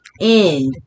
end